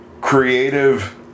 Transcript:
creative